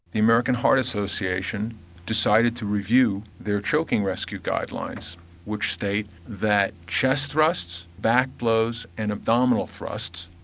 the american heart association decided to review their choking rescue guidelines which state that chest thrusts, back blows and abdominal thrusts,